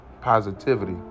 positivity